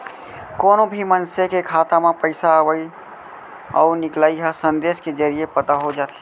कोनो भी मनसे के खाता म पइसा अवइ अउ निकलई ह संदेस के जरिये पता हो जाथे